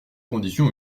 condition